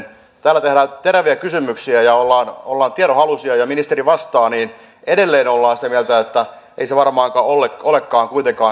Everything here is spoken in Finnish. kun täällä tehdään teräviä kysymyksiä ja ollaan tiedonhaluisia ja ministeri vastaa niin edelleen ollaan sitä mieltä että ei se varmaankaan olekaan kuitenkaan niin